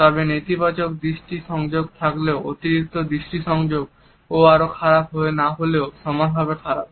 তবে নেতিবাচক দৃষ্টি সংযোগ থাকলেও অতিরিক্ত দৃষ্টি সংযোগ ও আরো বেশি খারাপ না হলেও সমানভাবে খারাপ